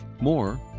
More